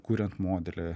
kuriant modelį